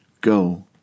Go